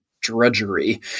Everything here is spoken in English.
drudgery